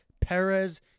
Perez